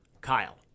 Kyle